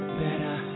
better